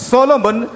Solomon